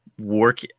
work